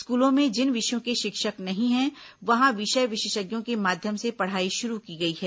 स्कूलों में जिन विषयों के शिक्षक नहीं है वहां विषय विशेषज्ञों के माध्यम से पढ़ाई शुरू की गई है